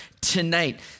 tonight